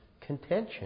contention